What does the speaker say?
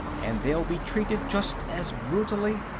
and they'll be treated just as brutally.